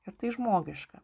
ir tai žmogiška